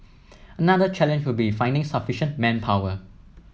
another challenge would be finding sufficient manpower